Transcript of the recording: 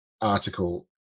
article